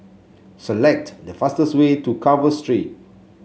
select the fastest way to Carver Street